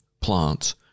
plants